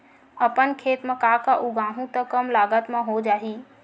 अपन खेत म का का उगांहु त कम लागत म हो जाही?